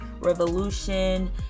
revolution